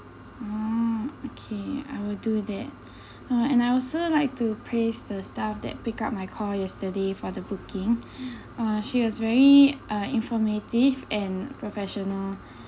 oh okay I will do that uh and I also like to praise the staff that pick up my call yesterday for the booking ah she was very uh informative and professional